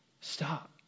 Stop